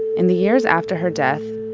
in the years after her death,